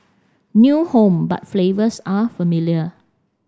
new home but flavors are familiar